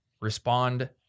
respond